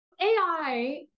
AI